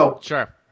sure